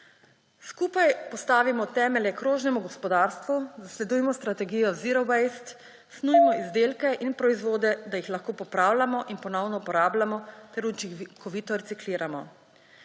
Skupaj postavimo temelje krožnemu gospodarstvu, zasledujmo strategijo »zero waste«, snujmo izdelke in proizvode, da jih lahko popravljamo in ponovno uporabljamo ter učinkovito recikliramo.